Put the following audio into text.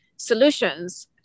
solutions